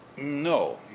No